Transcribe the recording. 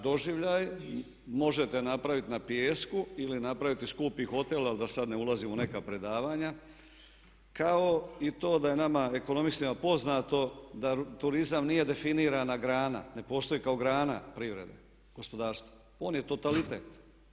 Doživljaj možete napraviti na pijesku ili napraviti skupi hotel ali da sada ne ulazim u neka predavanja kao i to da je nama ekonomistima poznato da turizam nije definirana grana, ne postoji kao grana privrede, gospodarstva, on je totalitet.